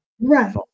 Right